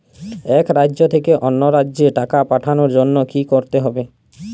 এক রাজ্য থেকে অন্য রাজ্যে টাকা পাঠানোর জন্য কী করতে হবে?